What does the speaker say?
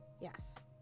Yes